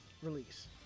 release